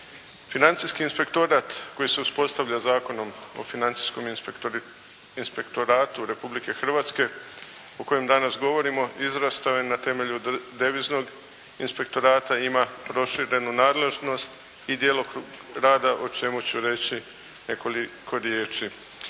Financijski inspektorat koji se uspostavlja Zakonom o financijskom inspektoratu Republike Hrvatske o kojem danas govorimo izrastao je na temelju Deviznog inspektorata i ima proširenu nadležnost i djelokrug rada o čemu ću reći nekoliko riječi.